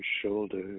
shoulder